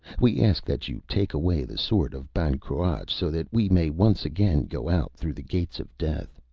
we ask that you take away the sword of ban cruach, so that we may once again go out through the gates of death!